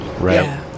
Right